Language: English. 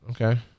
okay